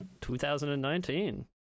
2019